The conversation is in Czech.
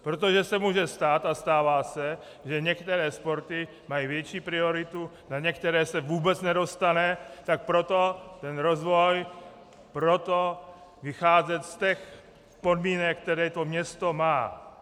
Protože se může stát a stává se, že některé sporty mají větší prioritu, na některé se vůbec nedostane, tak proto ten rozvoj, proto vycházet z těch podmínek, které to město má.